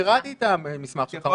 קראתי את המסמך שלך,